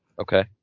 Okay